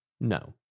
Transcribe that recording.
No